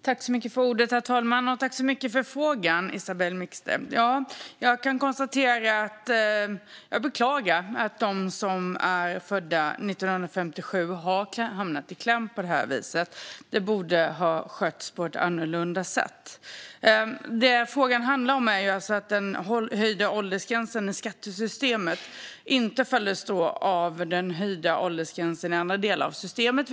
Herr talman! Tack för frågan, Isabell Mixter! Jag beklagar att de som är födda 1957 har hamnat i kläm på det här viset. Det borde ha skötts på ett annat sätt. Det frågan handlar om är alltså att den höjda åldersgränsen i skattesystemet inte följs av höjd åldersgräns i andra delar av systemet.